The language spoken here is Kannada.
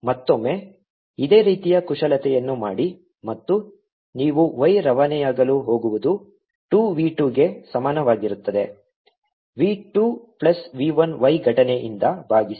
ಮತ್ತೊಮ್ಮೆ ಇದೇ ರೀತಿಯ ಕುಶಲತೆಯನ್ನು ಮಾಡಿ ಮತ್ತು ನೀವು y ರವಾನೆಯಾಗಲು ಹೋಗುವುದು 2 v 2 ಗೆ ಸಮಾನವಾಗಿರುತ್ತದೆ v 2 ಪ್ಲಸ್ v 1 y ಘಟನೆಯಿಂದ ಭಾಗಿಸಿ